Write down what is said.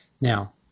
Now